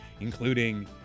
including